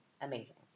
amazing